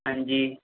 ਹਾਂਜੀ